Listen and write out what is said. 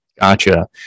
Gotcha